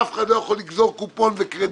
אף אחד לא יכול לגזור קופון וקרדיט.